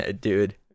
Dude